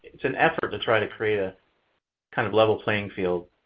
it's an effort to try to create a kind of level playing field.